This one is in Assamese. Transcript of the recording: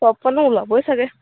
ওলাবই চাগে